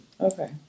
Okay